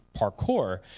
parkour